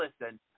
Listen